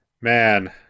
Man